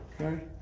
Okay